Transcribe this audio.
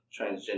transgender